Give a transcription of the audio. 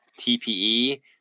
TPE